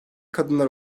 kadınlar